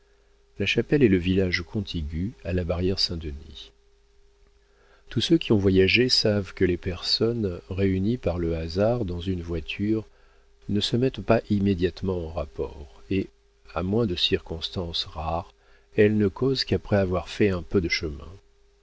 la chapelle est le village contigu à la barrière saint-denis tous ceux qui ont voyagé savent que les personnes réunies par le hasard dans une voiture ne se mettent pas immédiatement en rapport et à moins de circonstances rares elles ne causent qu'après avoir fait un peu de chemin